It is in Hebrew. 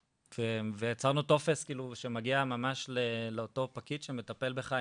ויצרנו טופס שמגיע ממש לאותו פקיד שמטפל בך,